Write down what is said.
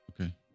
Okay